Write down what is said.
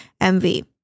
MV